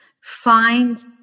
Find